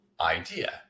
idea